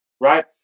right